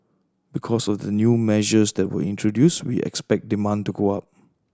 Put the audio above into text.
because of the new measures that were introduced we expect demand to go up